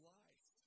life